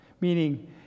Meaning